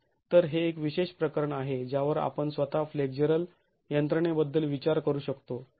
तर हे एक विशेष प्रकरण आहे ज्यावर आपण स्वतः फ्लेक्झरल यंत्रणे बद्दल विचार करू शकतो